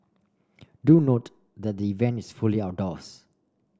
do note that the event is fully outdoors